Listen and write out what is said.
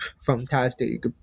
fantastic